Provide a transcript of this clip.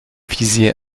wizje